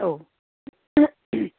औ